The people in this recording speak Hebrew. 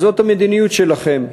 אז זאת המדיניות שלכם.